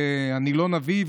ואני לא נביא,